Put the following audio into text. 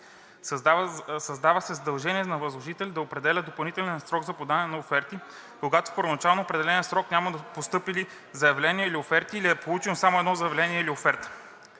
Създава се задължение за възложителя да определя допълнителен срок за подаване на оферти, когато в първоначално определения срок няма постъпили заявления или оферти или е получено само едно заявление или оферта.